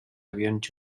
avions